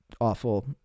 awful